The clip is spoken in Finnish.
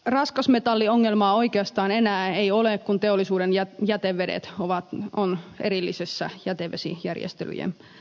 raskasmetalliongelmaa ei oikeastaan enää ole kun teollisuuden jätevedet ovat erillisten jätevesijärjestelyjen piirissä